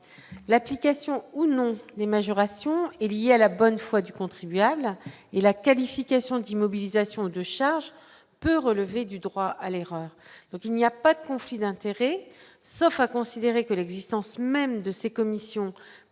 l'application ou non les majorations est il à la bonne foi du contribuable et la qualification d'immobilisation de charges peut relever du droit à l'erreur, donc il n'y a pas de conflit d'intérêt, sauf à considérer que l'existence même de ces commissions présidées